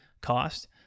cost